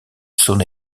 saône